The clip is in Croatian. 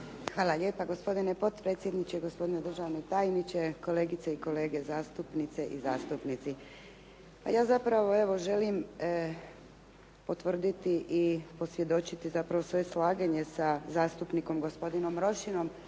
Hvala lijepa gospodine potpredsjedniče, gospodine državni tajniče, kolegice i kolege zastupnice i zastupnici. Pa ja zapravo evo želim potvrditi i posvjedoči svoje slaganje s gospodinom Rošinom,